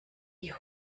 die